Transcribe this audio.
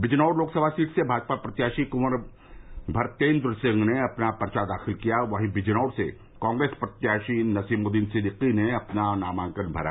Bijnor Lok Sabha seat से भाजपा प्रत्याशी क्वर भरतेन्द्र सिंह ने अपना पर्चो दाखिल किया वहीं बिजनौर से कांग्रेस प्रत्याशी नसीमुद्दीन सिद्दीकी ने अपना नामांकन भरा